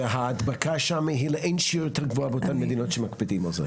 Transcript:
וההדבקה שם היא לאין שיעור יותר גבוהה באותן מדינות שמקפידות על זה.